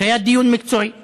והיה דיון מקצועי אתמול.